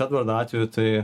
edvardo atveju tai